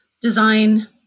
design